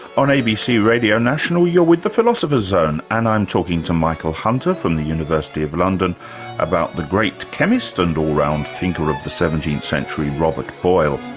on abc radio national, you're with the philosopher's zone and i'm talking to michael hunter from the university of london about the great chemist and all-round thinker of the seventeenth century, robert boyle.